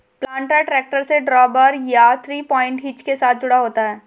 planter tractor से drawbar या three point hitch के साथ जुड़ा होता है